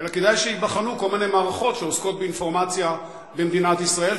אלא כדאי שייבחנו כל מיני מערכות שעוסקות באינפורמציה במדינת ישראל,